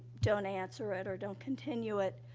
don't answer it or don't continue it,